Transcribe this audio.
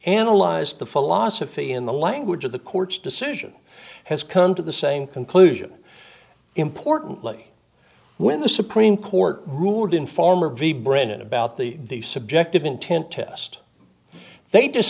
analyzed the philosophy in the language of the court's decision has come to the same conclusion importantly when the supreme court ruled in farmer v brennan about the subjective intent test they